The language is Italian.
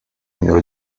minore